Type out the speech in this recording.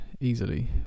easily